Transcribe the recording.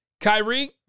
Kyrie